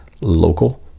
local